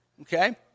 Okay